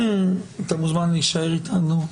אתה מוזמן להישאר אתנו,